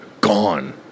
Gone